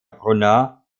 brunner